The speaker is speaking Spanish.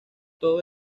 todo